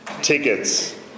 Tickets